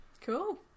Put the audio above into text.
Cool